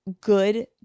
good